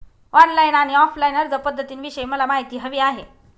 online आणि offline अर्जपध्दतींविषयी मला माहिती हवी आहे